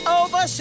over